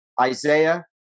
Isaiah